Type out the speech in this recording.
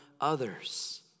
others